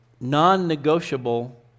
non-negotiable